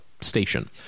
station